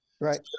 Right